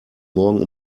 morgen